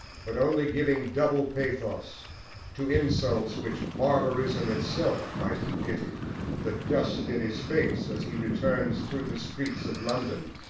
but only giving double pathos to insults which barbarism itself might have pitied the dust in his face, as he returns, through the streets of london,